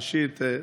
ראשית,